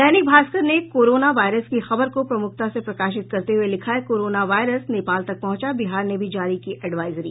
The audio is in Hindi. दैनिक भास्कर ने कोरोना वायरस की खबर को प्रमुखता से प्रकाशित करते हुये लिखा है कोरोना वायरस नेपाल तक पहुंचा बिहार ने भी जारी की एडवाइजरी